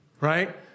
Right